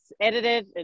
edited